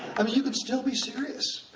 i mean, you can still be serious.